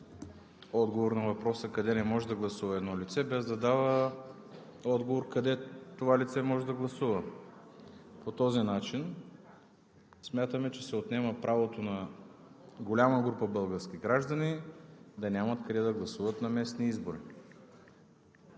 отговор на въпроса: къде не може да гласува едно лице, без да дава отговор къде това лице може да гласува. По този начин смятаме, че се отнема правото на голяма група български граждани да нямат къде да гласуват на местни избори.